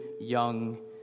young